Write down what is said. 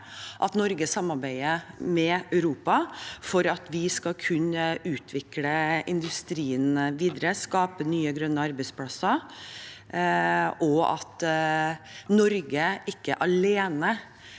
at Norge samarbeider med Europa for at vi skal kunne utvikle industrien videre og skape nye grønne arbeidsplasser, og at Norge ikke alene